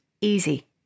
easy